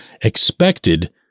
expected